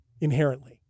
Inherently